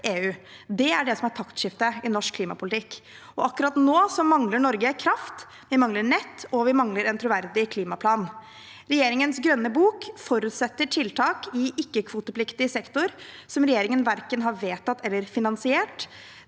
som er taktskiftet i norsk klimapolitikk. Akkurat nå mangler Norge kraft, vi mangler nett, og vi mangler en troverdig klimaplan. Regjeringens grønne bok forutsetter tiltak i ikke-kvotepliktig sektor, som regjeringen verken har vedtatt eller finansiert.